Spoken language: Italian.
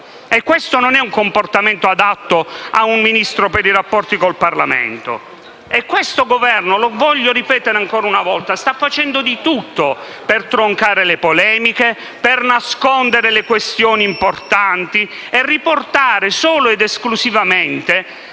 Questo non è un comportamento adatto ad un Ministro per i rapporti con il Parlamento. E questo Governo - lo voglio ripetere ancora una volta - sta facendo di tutto per troncare le polemiche, per nascondere le questioni importanti e per riportarle solo ed esclusivamente